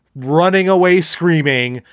running away, screaming,